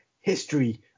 history